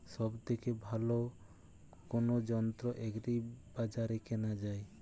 সব থেকে ভালো কোনো যন্ত্র এগ্রি বাজারে কেনা যায়?